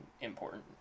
important